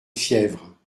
fièvre